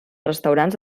restaurants